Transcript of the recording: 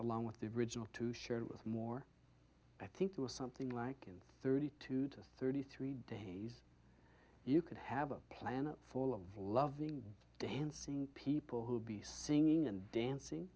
along with the original to share it with more i think it was something like thirty two to thirty three days you could have a planet full of loving dancing people who'd be singing and dancing